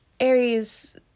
Aries